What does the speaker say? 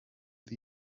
sie